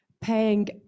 paying